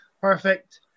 Perfect